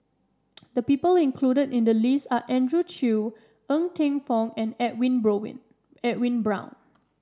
the people included in the list are Andrew Chew Ng Teng Fong and Edwin Edwin Brown